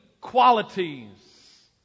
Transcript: qualities